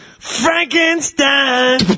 Frankenstein